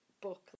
book